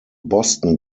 boston